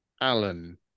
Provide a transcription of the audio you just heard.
Alan